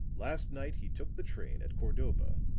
last night he took the train at cordova,